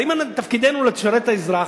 הרי אם תפקידנו לשרת את האזרח,